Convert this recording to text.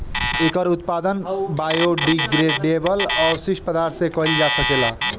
एकर उत्पादन बायोडिग्रेडेबल अपशिष्ट पदार्थ से कईल जा सकेला